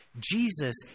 Jesus